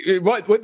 right